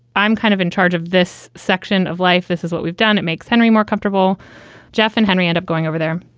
i'm kind of in charge of this section of life. this is what we've done. it makes henry more comfortable jeff and henry end up going over there.